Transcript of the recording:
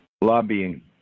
Lobbying